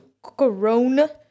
Corona